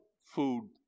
food